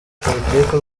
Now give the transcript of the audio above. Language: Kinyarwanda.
politiki